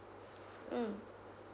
mm